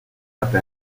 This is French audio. cape